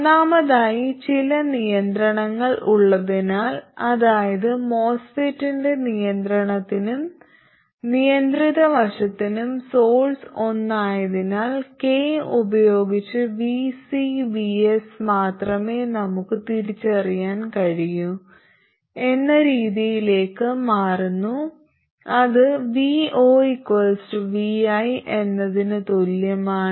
ഒന്നാമതായി ചില നിയന്ത്രണങ്ങൾ ഉള്ളതിനാൽ അതായത് MOSFET ന്റെ നിയന്ത്രണത്തിനും നിയന്ത്രിത വശത്തിനും സോഴ്സ് ഒന്നായതിനാൽ k ഉപയോഗിച്ച് VCVS മാത്രമേ നമുക്ക് തിരിച്ചറിയാൻ കഴിയൂ എന്ന രീതിയിലേക്ക് മാറുന്നു അത് vo vi എന്നതിന് തുല്യമാണ്